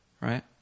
Right